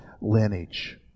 lineage